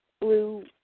blue